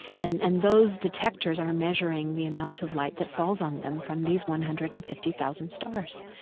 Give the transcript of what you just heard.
and and those detectors are measuring the amount of light that falls on them from these one hundred and fifty thousand stars.